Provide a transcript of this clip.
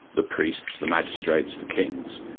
the priests, the magistrates, the kings,